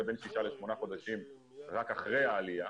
בין שישה לשמונה חודשים רק אחרי העלייה,